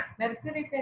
mercury